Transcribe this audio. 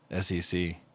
SEC